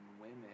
women